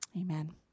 Amen